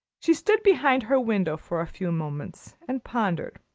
she stood behind her window for a few moments and pondered.